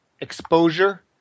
exposure